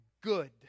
good